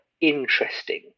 interesting